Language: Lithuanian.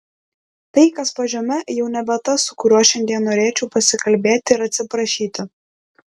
tai kas po žeme jau nebe tas su kuriuo šiandien norėčiau pasikalbėti ir atsiprašyti